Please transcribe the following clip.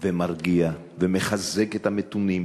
ומרגיע ומחזק את המתונים,